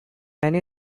many